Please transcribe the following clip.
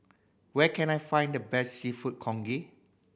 where can I find the best Seafood Congee